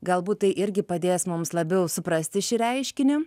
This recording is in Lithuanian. galbūt tai irgi padės mums labiau suprasti šį reiškinį